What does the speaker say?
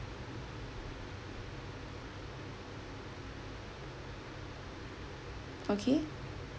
okay